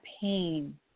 pain